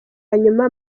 nyuma